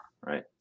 right